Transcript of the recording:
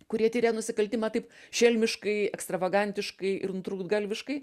kurie tiria nusikaltimą taip šelmiškai ekstravagantiškai ir nutrūktgalviškai